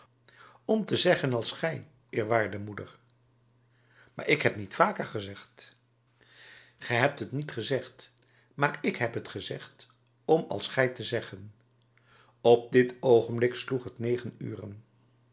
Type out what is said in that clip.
om te zeggen als gij eerwaarde moeder maar ik heb niet vaker gezegd ge hebt het niet gezegd maar ik heb t gezegd om als gij te zeggen op dit oogenblik sloeg het negen uren